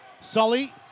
Sully